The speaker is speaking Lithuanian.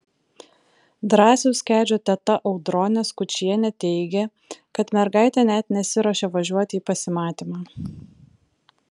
drąsiaus kedžio teta audronė skučienė teigė kad mergaitė net nesiruošė važiuoti į pasimatymą